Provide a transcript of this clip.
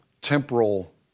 temporal